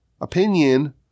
opinion